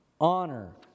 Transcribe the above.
honor